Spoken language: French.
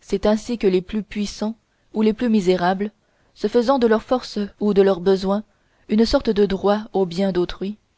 c'est ainsi que les plus puissants ou les plus misérables se faisant de leur force ou de leurs besoins une sorte de droit au bien d'autrui